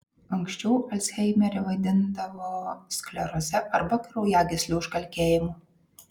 anksčiau alzheimerį vadindavo skleroze arba kraujagyslių užkalkėjimu